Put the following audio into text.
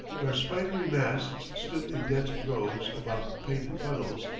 where spidery masts stood in dense groves about painted funnels,